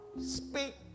Speak